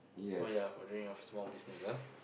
oh ya for doing your small business ah